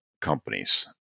companies